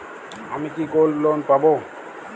আমি কি gold loan পাবো?